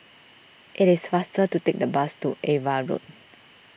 it is faster to take the bus to Ava Road